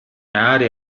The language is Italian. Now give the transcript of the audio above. aree